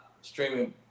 streaming